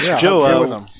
Joe